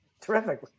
Terrific